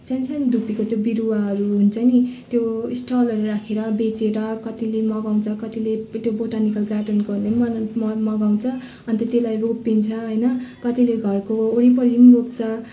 सानो सानो धुप्पीको त्यो बिरुवाहरू हुन्छ नि त्यो स्टलहरू राखेर बेचेर कतिले मँगाउँछ कतिले बोटानिकल गार्डेनकोहरूले पनि म मँगाउँछ अन्त त्यसलाई रोपिन्छ होइन कतिले घरको वरिपरि पनि रोप्छ